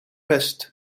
west